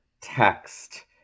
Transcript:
text